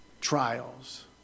Trials